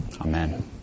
Amen